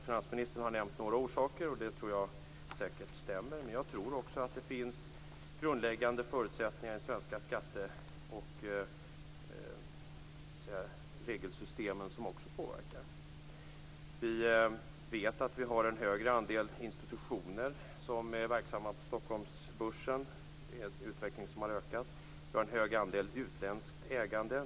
Finansministern har nämnt några orsaker, och det tror jag säkert stämmer. Men jag tror att det finns grundläggande förutsättningar i de svenska regelsystemen för skatter som också påverkar. Vi vet att vi har en högre andel institutioner som är verksamma på Stockholmsbörsen. Det är en utveckling som har ökat. Vi har en hög andel utländskt ägande.